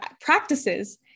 practices